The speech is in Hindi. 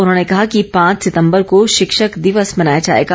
उन्होंने कहा कि पांच सितंबर को शिक्षक दिवस मनाया जाएगा